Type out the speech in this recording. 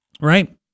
Right